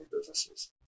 businesses